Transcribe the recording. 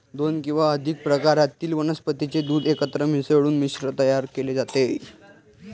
दोन किंवा अधिक प्रकारातील वनस्पतीचे दूध एकत्र मिसळून मिश्रण तयार केले जाते